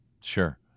Sure